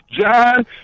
john